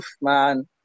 man